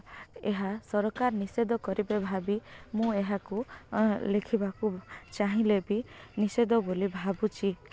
ଏହା ସରକାର ନିଷେଧ କରିବେ ଭାବି ମୁଁ ଏହାକୁ ଲେଖିବାକୁ ଚାହିଁଲେ ବି ନିଷେଧ ବୋଲି ଭାବୁଛି